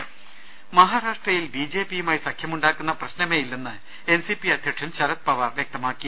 ് മഹാരാഷ്ട്രയിൽ ബി ജെ പിയുമായി സഖ്യമുണ്ടാക്കുന്ന പ്രശ്ന മേയില്ലെന്ന് എൻ സി പി അധ്യക്ഷൻ ശരത്പവാർ വ്യക്തമാക്കി